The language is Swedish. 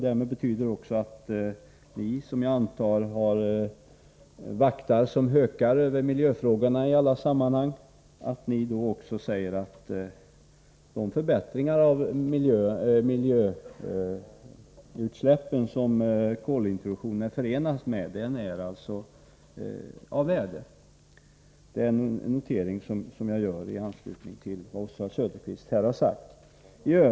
Det betyder att ni, som jag antar vaktar som hökar över miljöfrågorna i alla sammanhang, också säger att de förbättringar av miljön som kolintroduktionen är förenad med är av värde. Det är en notering som jag gör i anslutning till vad Oswald Söderqvist här har sagt.